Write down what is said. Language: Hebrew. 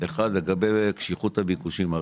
אחד לגבי קשיחות הביקושים,